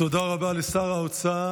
תודה רבה לשר האוצר.